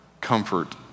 Comfort